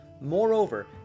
Moreover